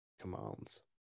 commands